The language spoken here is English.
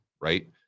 right